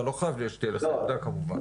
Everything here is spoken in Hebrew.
אתה לא חייב שתהיה לך עמדה כמובן.